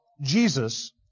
Jesus